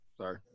sorry